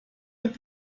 mit